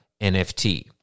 NFT